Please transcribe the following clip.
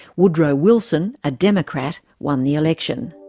woodrow wilson, a democrat, won the election.